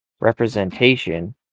representation